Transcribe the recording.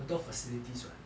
很多 facilities [what]